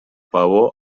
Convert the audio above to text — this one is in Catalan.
peó